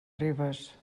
ribes